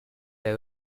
will